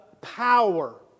power